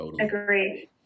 agree